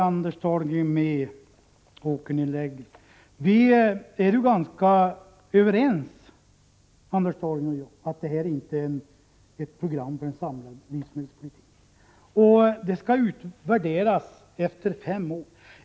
Anders Dahlgren och jag är ganska överens om att nedläggning av åkermark inte är ett program för ett samhälles livsmedelspolitik. Det skall utvärderas efter fem år.